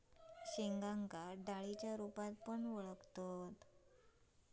शेंगांका डाळींच्या रूपात पण वळाखतत